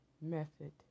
Method